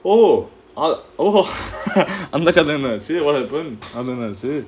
oh ah oh அந்த கதை என்னாச்சி:antha kadha ennachi what happened அது என்னாச்சி:athu ennachi